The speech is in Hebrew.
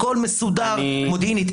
הכול מסודר מודיעינית.